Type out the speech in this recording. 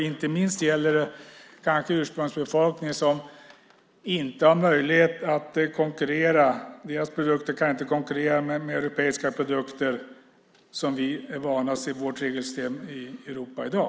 Det gäller kanske inte minst ursprungsbefolkningen. Deras produkter kan inte konkurrera med de europeiska produkter som vi är vana att se i vårt regelsystem i Europa i dag.